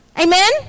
Amen